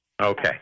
Okay